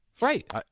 right